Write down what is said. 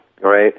right